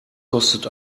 kostet